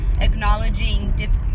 acknowledging